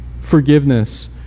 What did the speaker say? forgiveness